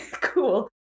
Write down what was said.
cool